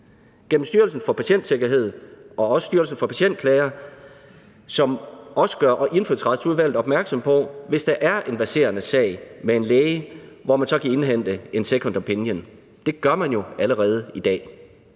Gennem Styrelsen for Patientsikkerhed og også Styrelsen for Patientklager, som også gør Indfødsretsudvalget opmærksom på det, hvis der er en verserende sag med en læge, kan man indhente en second opinion. Det sker jo allerede i dag.